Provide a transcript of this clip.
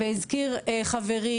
והזכיר חברי,